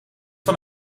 van